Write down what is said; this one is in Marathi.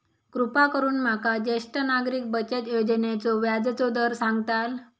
कृपा करून माका ज्येष्ठ नागरिक बचत योजनेचो व्याजचो दर सांगताल